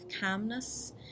calmness